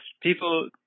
people